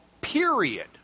period